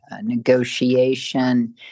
negotiation